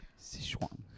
Sichuan